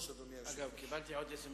כאן מסים,